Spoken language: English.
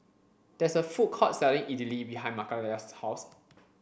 there is a food court selling Idili behind Makayla's house